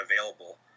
available